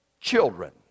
children